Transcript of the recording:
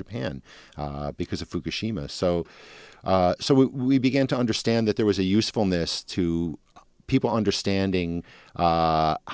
japan because of fukushima so so we began to understand that there was a usefulness to people understanding